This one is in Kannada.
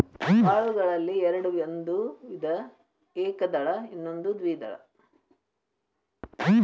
ಕಾಳುಗಳಲ್ಲಿ ಎರ್ಡ್ ಒಂದು ವಿಧ ಏಕದಳ ಇನ್ನೊಂದು ದ್ವೇದಳ